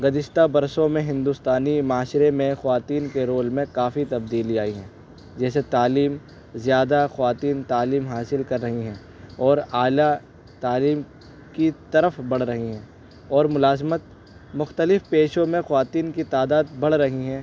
گزشتہ برسوں میں ہندوستانی معاشرے میں خواتین کے رول میں کافی تبدیلی آئی ہے جیسے تعلیم زیادہ خواتین تعلیم حاصل کر رہی ہیں اور اعلی تعلیم کی طرف بڑھ رہی ہیں اور ملازمت مختلف پیشوں میں خواتین کی تعداد بڑھ رہیں ہیں